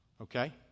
okay